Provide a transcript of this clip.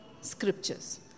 scriptures